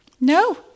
No